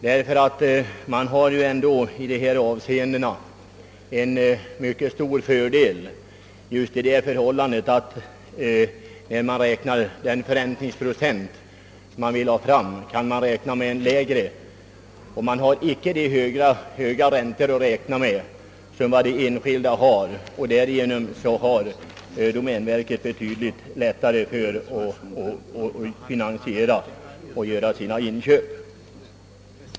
Domänverket har nämligen i dessa avseenden en mycket stor fördel därigenom att verket kan räkna förräntningen efter en lägre procentsats och alltså inte får så höga räntekostnader. Domänverket har sålunda betydligt lättare att finansiera sina inköp.